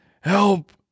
Help